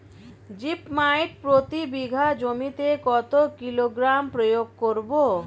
Zip মাইট প্রতি বিঘা জমিতে কত কিলোগ্রাম প্রয়োগ করব?